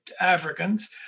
Africans